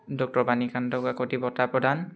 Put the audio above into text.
doctor Banikanta Kakati বঁটা প্ৰদান